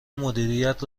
مدیریت